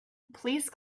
please